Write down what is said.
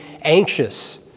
anxious